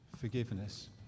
forgiveness